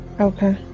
Okay